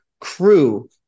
crew